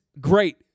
great